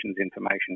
information